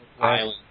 Island